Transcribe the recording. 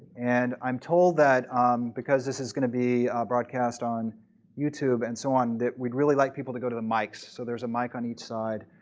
and i'm told that because this is going to be broadcast on youtube and so on, that we'd really like people to go to the mics. so there's a mic on each side.